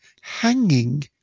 hanging